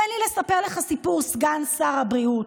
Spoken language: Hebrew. תן לי לספר לך סיפור, סגן שר הבריאות.